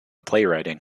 playwriting